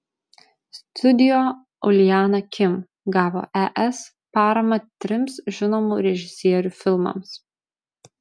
studio uljana kim gavo es paramą trims žinomų režisierių filmams